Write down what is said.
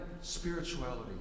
spirituality